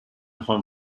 home